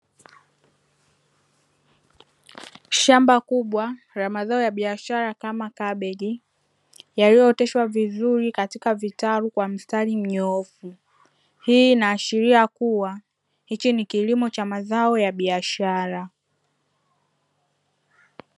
Shamba kubwa la mazao ya biashara kama kabichi yaliyooteshwa vizuri katika vitalu kwa mstari mnyoofu. Hii inaashiria kuwa hichi ni kilimo cha mazao ya biashara.